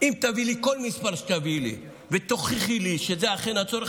כל מספר שתביאי לי ותוכיחי לי שזה אכן הצורך,